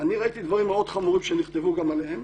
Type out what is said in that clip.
אני ראיתי דברים חמורים מאוד שנכתבו גם עליהם,